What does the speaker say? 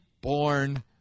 born